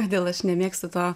kodėl aš nemėgstu to